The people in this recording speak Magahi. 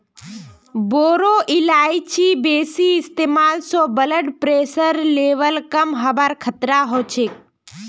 बोरो इलायचीर बेसी इस्तमाल स ब्लड प्रेशरेर लेवल कम हबार खतरा ह छेक